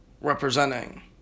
representing